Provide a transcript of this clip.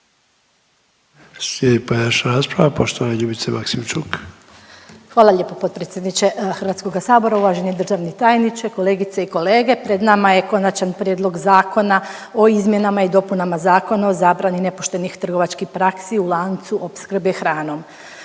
Slijedi pojedinačna rasprava poštovane Ljubice Maksimčuk. **Maksimčuk, Ljubica (HDZ)** Hvala lijepo potpredsjedniče Hrvatskoga sabora. Uvaženi državni tajniče, kolegice i kolege pred nama je Konačan prijedlog zakona o izmjenama i dopunama Zakona o zabrani nepoštenih trgovačkih praksi u lancu opskrbe hranom.